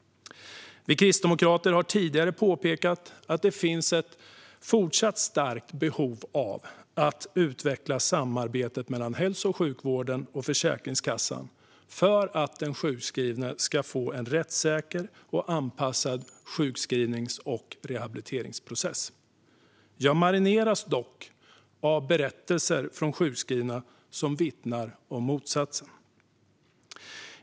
Vi kristdemokrater har tidigare påpekat att det finns ett fortsatt starkt behov av att utveckla samarbetet mellan hälso och sjukvården och Försäkringskassan för att den sjukskrivne ska få en rättssäker och anpassad sjukskrivnings och rehabiliteringsprocess. Jag marineras dock av berättelser från sjukskrivna som vittnar om motsatsen.